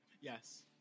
yes